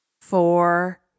four